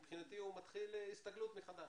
מבחינתי הוא מתחיל הסתגלות מחדש.